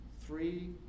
three